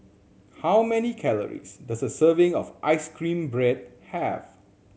how many calories does a serving of ice cream bread have